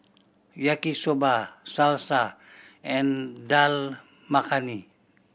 Yaki Soba Salsa and Dal Makhani